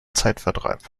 zeitvertreib